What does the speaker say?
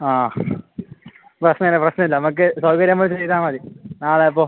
ആ പ്രശ്നം ഇല്ല പ്രശ്നം ഇല്ല നമ്മൾക്ക് സൗകര്യം പോലെ ചെയ്താൽ മതി നാളെ അപ്പോൾ